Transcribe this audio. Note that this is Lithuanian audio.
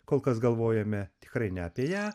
kol kas galvojame tikrai ne apie ją